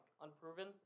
unproven